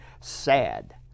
sad